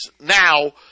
now